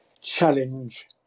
challenge